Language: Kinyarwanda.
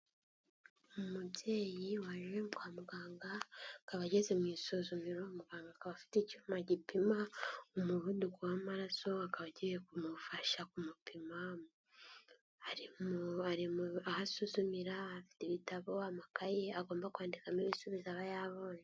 Umubyeyi waje kwa muganga, akaba ageze mu isuzumiro, muganga akaba afite icyuma gipima umuvuduko w'amaraso, akaba agiye kumufasha kumupima, aho asuzumira afite ibitabo, amakayeyi agomba kwandikamo ibisubizo aba yabonye.